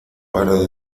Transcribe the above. para